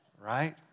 right